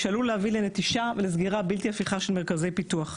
שעלול להביא לנטישה ולסגירה בלתי הפיכה של מרכזי פיתוח,